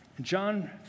John